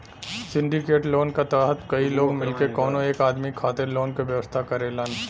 syndicate loan क तहत कई लोग मिलके कउनो एक आदमी खातिर लोन क व्यवस्था करेलन